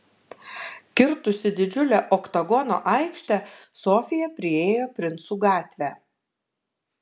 kirtusi didžiulę oktagono aikštę sofija priėjo princų gatvę